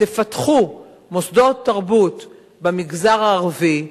תפתחו מוסדות תרבות במגזר הערבי,